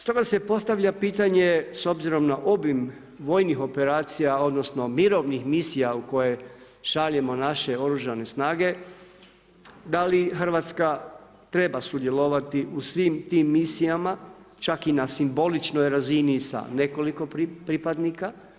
Stoga se postavlja pitanje s obzirom na obim vojnih operacija odnosno mirovnih misija u koje šaljemo naše oružane snage, da li Hrvatska treba sudjelovati u svim tim misijama, čak i na simboličnoj razini sa nekoliko pripadnika.